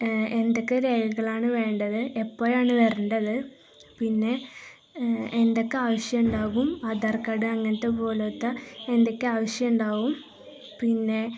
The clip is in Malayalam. എന്തൊക്കെ രേഖകളാണു വേണ്ടത് എപ്പോഴാണു വരേണ്ടത് പിന്നെ എന്തൊക്കെ ആവശ്യമുണ്ടാവും ആധാർ കാർഡ് അങ്ങനത്തെ പോലത്തെ എന്തൊക്കെ ആവശ്യമുണ്ടാവും പിന്നെ